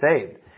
saved